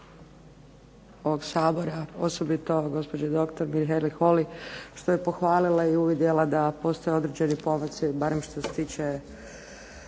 Hvala.